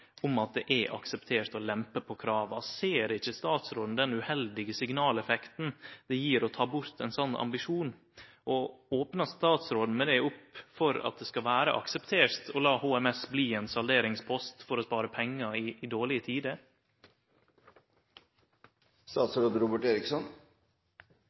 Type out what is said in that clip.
om at det er akseptert å lempe på krava. Ser ikkje statsråden den uheldige signaleffekten det gjev å ta bort ein slik ambisjon, og opnar statsråden med det opp for at det skal vere akseptert å la HMT bli ein salderingspost for å spare pengar i dårlege